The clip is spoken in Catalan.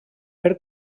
per